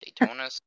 Daytona